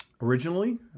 Originally